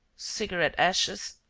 cigarette-ashes?